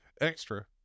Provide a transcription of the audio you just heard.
Extra